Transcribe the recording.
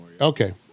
Okay